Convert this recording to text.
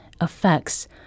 affects